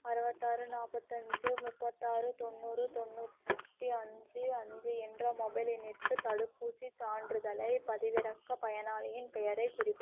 அறுபத்தாறு நாற்பத்தஞ்சி முப்பத்தாறு தொண்ணூறு தொண்ணூற்றி அஞ்சு அஞ்சு என்ற மொபைல் எண்ணிற்கு தடுப்பூசிச் சான்றிதழைப் பதிவிறக்க பயனாளியின் பெயரைக் குறிப்பி